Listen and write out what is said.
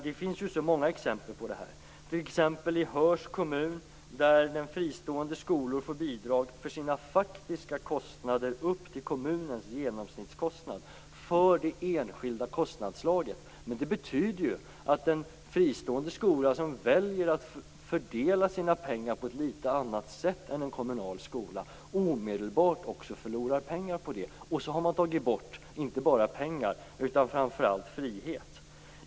Det finns många exempel på detta. I Höörs kommun får de fristående skolorna bidrag för sina faktiska kostnader upp till kommunens genomsnittskostnad för det enskilda kostnadsslaget. Men det betyder ju att en fristående skola som väljer att fördela sina pengar på ett litet annat sätt än en kommunal skola omedelbart också förlorar pengar på det. Då har man tagit bort inte bara pengar utan framför allt frihet.